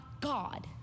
God